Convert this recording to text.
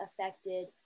affected